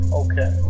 okay